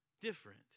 different